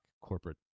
corporate